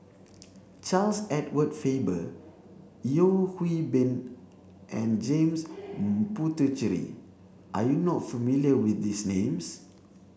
Charles Edward Faber Yeo Hwee Bin and James Puthucheary are you not familiar with these names